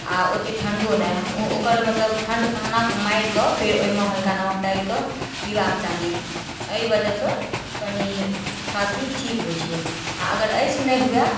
आओर ओते ठण्डो नहि ओकर मतलब ठण्डपनाके मारिकऽ फेर ओइमे हल्का नमक डालिकऽ पीबाक चाही अइ वजहसँ कनी खाँसी ठीक होइ छै आओर अगर अइसँ नहि होवैए